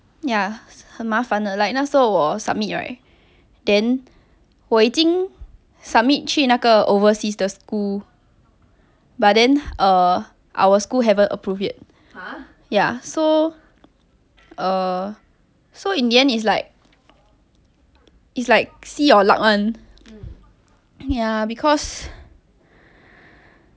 ya 很麻烦的 like 那时候我 submit right then 我已经 submit 去那个 overseas 的 school but then err our school haven't approve yet ya so uh so in the end like is like see your luck [one] ya because